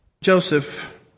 Joseph